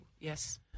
Yes